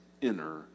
inner